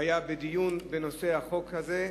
הוא היה בדיון בנושא החוק הזה.